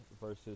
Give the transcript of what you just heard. versus